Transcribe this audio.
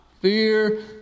Fear